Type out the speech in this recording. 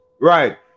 Right